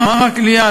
מערך הכליאה,